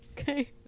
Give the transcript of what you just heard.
Okay